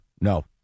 no